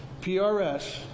PRS